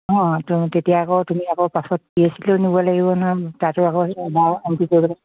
অঁ তুমি তেতিয়া আকৌ তুমি আকৌ পাছত পি এইচ চিলৈয়ো নিব লাগিব নহয় তাতো আকৌ এবাৰ এণ্ট্ৰি কৰিব লাগিব